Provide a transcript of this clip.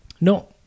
No